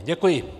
Děkuji.